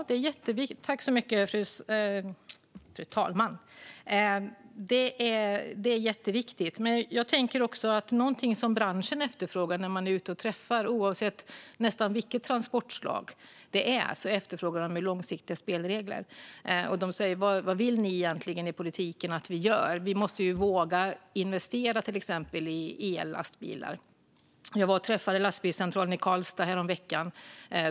Fru talman! Det är jätteviktigt. Men något som man hör efterfrågas när man är ute och träffar branscherna, nästan oavsett för vilket transportslag, är långsiktiga spelregler. De undrar vad vi i politiken egentligen vill att de gör. De måste ju våga investera i till exempel ellastbilar. Jag besökte en lastbilscentral i Karlstad häromveckan.